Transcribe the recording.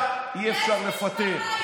זה מה שמטריד.